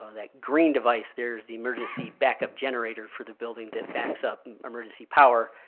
that green device there's the emergency backup generator for the building that backs up emergency power,